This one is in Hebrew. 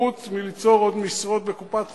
חוץ מליצור עוד משרות בקופת-חולים,